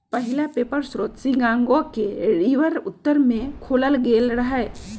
पहिला पेपर स्रोत शिकागो के रिवर उत्तर में खोलल गेल रहै